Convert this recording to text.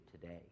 today